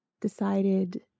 decided